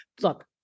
look